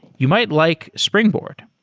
you might like springboard.